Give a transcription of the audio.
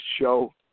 show